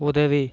உதவி